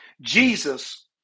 Jesus